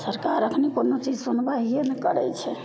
सरकार एखन कोनो चीज सुनबाहिए नहि करै छै